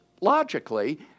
logically